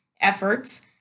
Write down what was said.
efforts